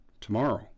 tomorrow